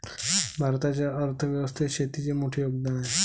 भारताच्या अर्थ व्यवस्थेत शेतीचे मोठे योगदान आहे